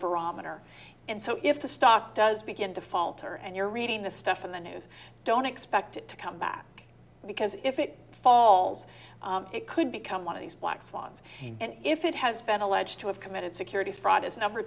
barometer and so if the stock does begin to falter and you're reading the stuff in the news don't expect it to come back because if it falls it could become one of these black swans and if it has been alleged to have committed securities fraud is number